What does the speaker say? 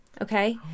okay